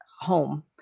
home